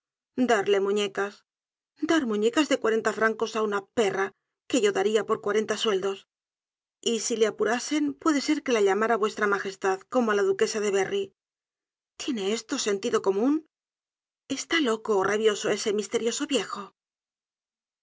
darle muñecas dar muñecas de cuarenta francos á una perra que yo daria por cuarenta sueldos y si le apurasen puede ser que la llamara vuestra magestad como á la duquesa de berry tiene esto sentido comun está loco ó rabioso ese misterioso viejo